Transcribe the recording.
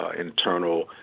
internal